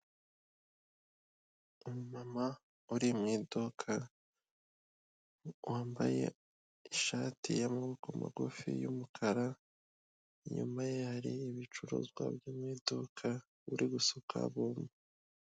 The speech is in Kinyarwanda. Umama uri mu iduka wambaye ishati y'amaboko magufi y'umukara, inyuma ye hari ibicuruzwa byo mu iduka uri gusuka bombo.